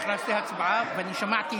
עידית סילמן ביקשה הצבעה שמית,